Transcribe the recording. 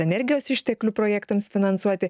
energijos išteklių projektams finansuoti